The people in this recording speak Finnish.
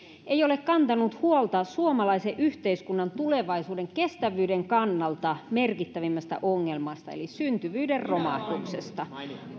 ei ole kantanut huolta suomalaisen yhteiskunnan tulevaisuuden kestävyyden kannalta merkittävimmästä ongelmasta eli syntyvyyden romahduksesta